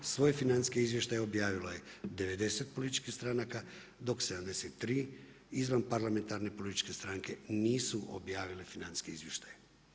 Svoje financijske izvještaje objavilo je 90 političkih stranaka dok 73 izvan parlamentarne političke stranke nisu objavile financijske izvještaje.